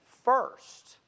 first